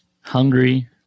Hungry